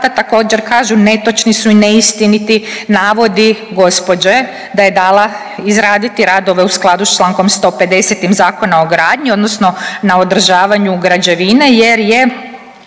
Također, kažu netočni su i neistiniti navodi gospođe da je dala izraditi radove u skladu s Člankom 150. Zakona o gradnji odnosno na održavanju građevine jer je